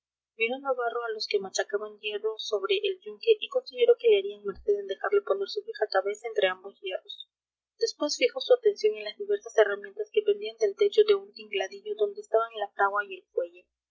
navarro a los que machacaban hierro sobre el yunque y consideró que le harían merced en dejarle poner su vieja cabeza entre ambos hierros después fijó su atención en las diversas herramientas que pendían del techo de un tingladillo donde estaban la fragua y el fuelle